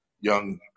young